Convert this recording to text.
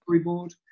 storyboard